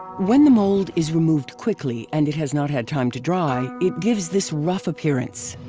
when the mold is removed quickly and it has not had time to dry, it gives this rough appearance.